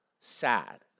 sad